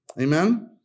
Amen